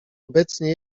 obecnie